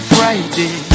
Friday